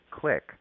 click